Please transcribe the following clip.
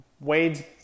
Wade